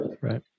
Right